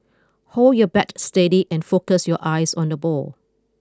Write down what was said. hold your bat steady and focus your eyes on the ball